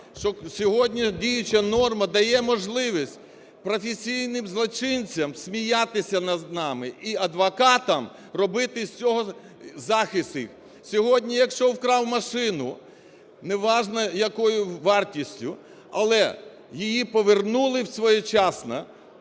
сьогодні діюча норма дає можливість професійним злочинцям сміятися над нами і адвокатам робити з цього захисти. Сьогодні, якщо вкрав машину неважливо якої вартості, але її повернули своєчасно,